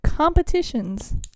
competitions